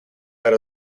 met